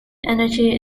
energy